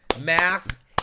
Math